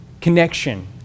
connection